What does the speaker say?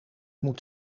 moet